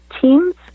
teams